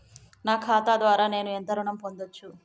నా ఖాతా ద్వారా నేను ఎంత ఋణం పొందచ్చు?